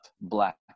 black